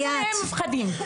אנחנו מפחדים מהם.